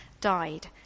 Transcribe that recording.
died